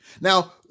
Now